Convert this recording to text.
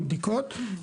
בדיקות,